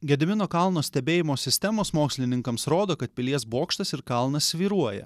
gedimino kalno stebėjimo sistemos mokslininkams rodo kad pilies bokštas ir kalnas svyruoja